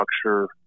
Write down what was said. structure